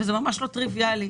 שזה ממש לא טריוויאלי.